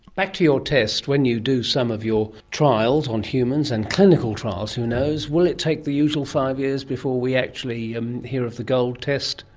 back to your test. when you do some of your trials on humans and clinical trials, who knows, will it take the usual five years before we actually um hear of the gold test,